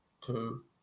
two